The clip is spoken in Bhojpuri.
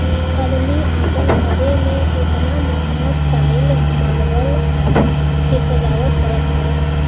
अदमी आपन घरे मे एतना महंगा टाइल मार्बल के सजावट करत हौ